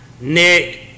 Nick